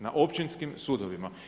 Na općinskim sudovima.